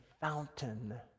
Fountain